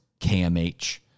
KMH